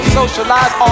socialize